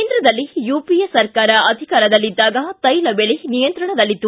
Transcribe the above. ಕೇಂದ್ರದಲ್ಲಿ ಯುಪಿಎ ಸರ್ಕಾರ ಅಧಿಕಾರದಲ್ಲಿದ್ದಾಗ ತೈಲ ಬೆಲೆ ನಿಯಂತ್ರಣದಲ್ಲಿತ್ತು